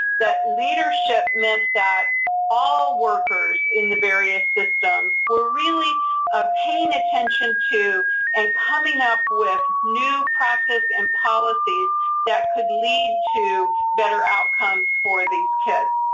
that leadership meant that all workers in the various systems were really ah paying attention to and coming up with new practice and policies that could lead to better outcomes for these kids.